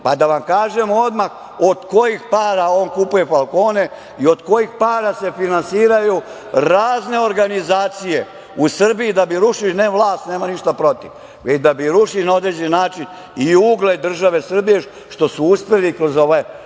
vam kažem odmah od kojih para on kupuje falkone i od kojih para se finansiraju razne organizacije u Srbiji, da bi rušili ne vlast, nemam ništa protiv, već da bi rušili na određeni način i ugled države Srbije, što su uspeli kroz ove